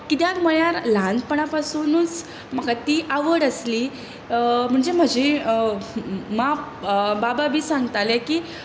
कित्याक म्हळ्यार ल्हानपणा पासुनूच म्हाका ती आवड आसली म्हणजे म्हजे मा बाबा बीन सांगताले की